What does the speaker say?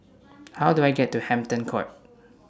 How Do I get to Hampton Court